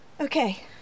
Okay